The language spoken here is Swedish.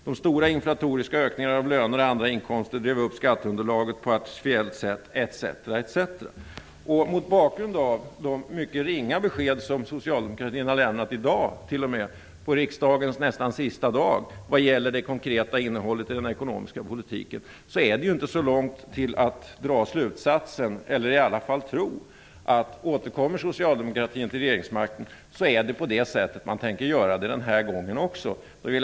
De stora inflatoriska ökningarna av löner och andra inkomster drev upp skatteunderlaget på ett artificiellt sätt.'' Mot bakgrund av de mycket ringa besked som Socialdemokraterna lämnat i dag på riksmötets nästan sista dag vad gäller det konkreta innehållet i den ekonomiska politiken, är det inte så långt till att dra slutsatsen, eller i varje fall tro, att återkommer Socialdemokraterna till regeringsmakten, tänker de göra på det sättet också den här gången. Herr talman!